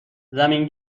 زمین